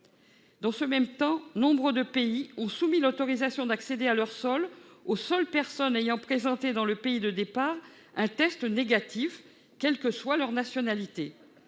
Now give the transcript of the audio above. Dans le même temps, nombre de pays n'autorisent l'accès à leur sol qu'aux seules personnes ayant présenté dans le pays de départ un test négatif, quelle que soit leur nationalité.